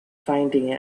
finding